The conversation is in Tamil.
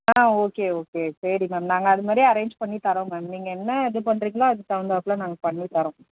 ஆ ஓகே ஓகே சரி மேம் நாங்கள் அதுமாதிரியே அரேஞ்ச் பண்ணித்தர்றோம் மேம் நீங்கள் என்ன இது பண்ணுறீங்களோ அதுக்கு தகுந்தாப்ல நாங்கள் பண்ணித்தர்றோம்